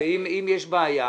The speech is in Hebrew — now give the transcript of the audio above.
אם יש בעיה,